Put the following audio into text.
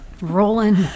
Rolling